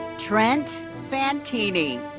trent fantini.